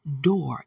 door